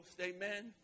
amen